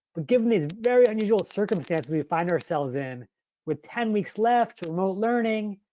but given these very unusual circumstances we find ourselves in with ten weeks left to remote learning,